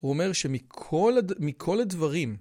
הוא אומר שמכל הדברים